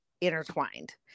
intertwined